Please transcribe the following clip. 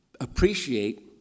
appreciate